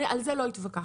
על זה לא התווכחנו.